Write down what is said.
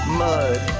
mud